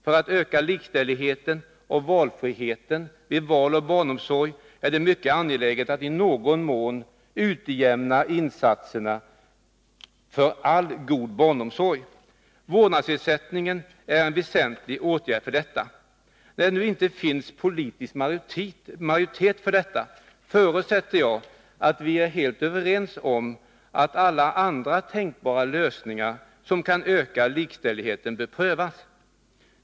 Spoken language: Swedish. För att öka likställigheten och valfriheten vid val av barnomsorg är det mycket angeläget att man i någon inån utjämnar samhällets insatser för all god barnomsorg. Vårdnadsersättningen är en väsentlig åtgärd för detta. Enär det inte finns politisk majoritet härför, förutsätter jag att vi är helt överens om att alla andra tänkbara lösningar som kan öka likställigheten bör prövas.